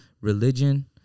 religion